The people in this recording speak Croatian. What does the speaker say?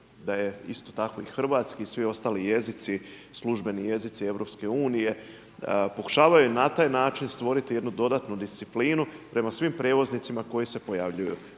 da je isto tako i hrvatski i svi ostali jezici službeni jezici EU pokušavaju na taj način stvoriti jednu dodatnu disciplinu prema svim prijevoznicima koji se pojavljuju